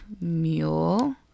Mule